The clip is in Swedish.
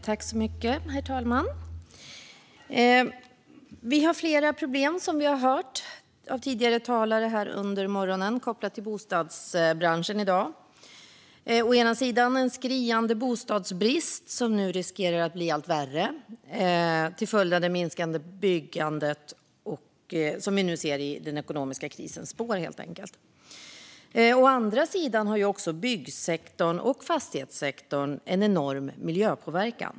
Herr talman! Vi har flera problem, som vi har hört av tidigare talare här under morgonen, kopplat till bostadsbranschen i dag. Å ena sidan har vi en skriande bostadsbrist som nu riskerar att bli allt värre till följd av det minskande byggande som vi nu ser i den ekonomiska krisens spår. Å andra sidan har också byggsektorn och fastighetssektorn en enorm miljöpåverkan.